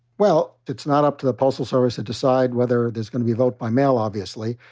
well, it's not up to the postal service to decide whether there's gonna be vote by mail obviously.